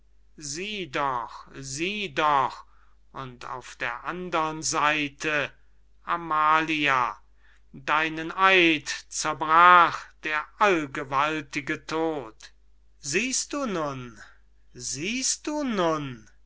sieh doch sieh doch und auf der andern seite amalia deinen eid zerbrach der allgewaltige tod siehst du nun siehst du nun